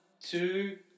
two